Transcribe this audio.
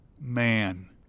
man